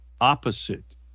opposite